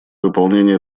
выполнение